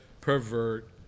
pervert